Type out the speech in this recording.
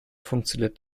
funktioniert